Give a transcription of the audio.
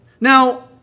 Now